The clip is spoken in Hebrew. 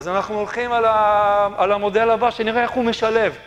אז אנחנו הולכים על המודל הבא שנראה איך הוא משלב.